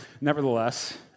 nevertheless